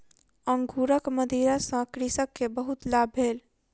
अंगूरक मदिरा सॅ कृषक के बहुत लाभ भेल